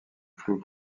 floue